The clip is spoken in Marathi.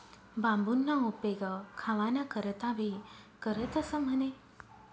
बांबूना उपेग खावाना करता भी करतंस म्हणे